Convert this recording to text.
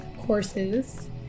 courses